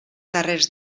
darrers